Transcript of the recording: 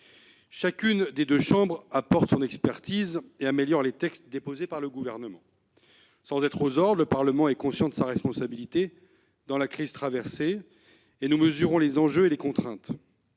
Chacune des deux chambres apporte son expertise et améliore les textes déposés par le Gouvernement. Sans être aux ordres, le Parlement est conscient de sa responsabilité dans la crise traversée. Nous mesurons les enjeux et les contraintes.